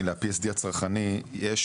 אז